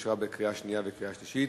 אושרה בקריאה שנייה ובקריאה שלישית,